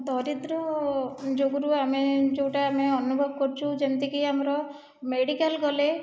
ଦରିଦ୍ର ଯୋଗୁଁ ଆମେ ଯେଉଁଟା ଆମେ ଅନୁଭବ କରୁଛୁ ଯେମିତିକି ଆମର ମେଡିକାଲ ଗଲେ